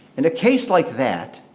in a case like that,